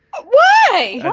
ah why